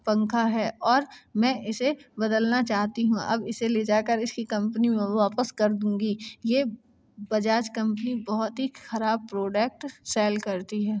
पंखा है और मैं इसे बदलना चाहती हूँ अब इसे ले जाकर इसकी कंपनी में वापस कर दूंगी ये बजाज कंपनी बहुत ही खराब प्रोडक्ट सेल करती है